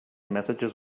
messages